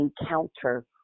encounter